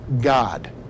God